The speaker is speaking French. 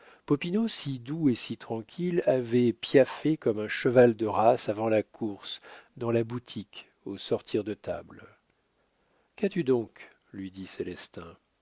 si doux et si tranquille avait piaffé comme un cheval de race avant la course dans la boutique au sortir de table qu'as-tu donc lui dit célestin